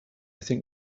think